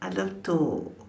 I love to